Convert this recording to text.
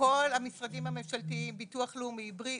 לכל המשרדים הממשלתיים, ביטוח לאומי, בריאות,